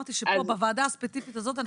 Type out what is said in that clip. אם יש איזשהן שאלות ספציפיות נוספות אליי,